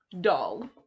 Doll